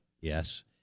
Yes